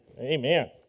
amen